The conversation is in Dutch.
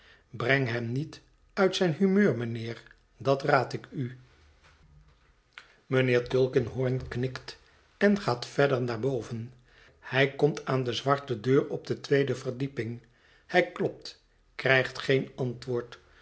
breng hem niet uit zijn humeur mijnheer dat raad ik u mijnheer tulkinghorn knikt en gaat verder naar boven hij komt aan de zwarte deur op de tweede verdieping hij klopt krijgt geen antwoord